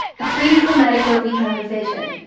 three d four medical we have a vision.